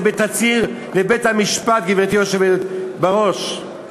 זה בתצהיר לבית-המשפט, גברתי היושבת בראש.